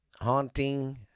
haunting